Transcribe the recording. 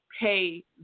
pay